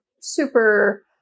super